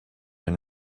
and